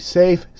safe